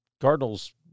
cardinals